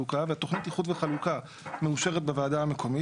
(תיקוני חקיקה ליישום המדיניות הכלכלית לשנות התקציב 2023